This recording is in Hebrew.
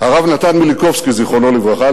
הרב נתן מיליקובסקי זיכרונו לברכה,